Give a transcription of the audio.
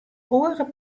oare